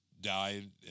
died